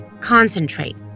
Concentrate